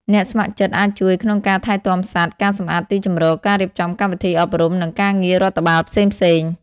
អ្នកស្ម័គ្រចិត្តអាចជួយក្នុងការថែទាំសត្វ ការសម្អាតទីជម្រក ការរៀបចំកម្មវិធីអប់រំ និងការងាររដ្ឋបាលផ្សេងៗ។